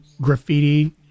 graffiti